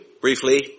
briefly